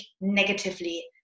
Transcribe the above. negatively